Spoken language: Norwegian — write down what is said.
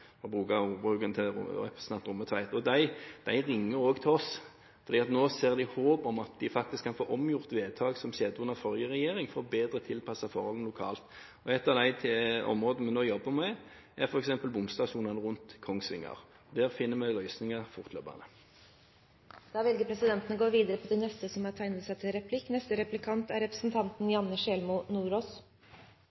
ordbruken til representanten Rommetveit. De ringer også til oss, for nå ser de håp om at de faktisk kan få omgjort vedtak som skjedde under forrige regjering, for bedre å tilpasse forholdene lokalt. Et av de områdene vi nå jobber med, er f.eks. bomstasjonene rundt Kongsvinger. Der finner vi løsninger fortløpende. Jeg ser at statsråden har satt seg, men han skal få lov til å komme tilbake. Jeg deler nok de betraktningene som representanten Rommetveit har